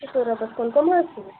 شُکُر رۅبَس کُن کٕم حظ چھُو